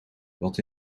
wat